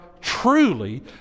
truly